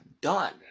done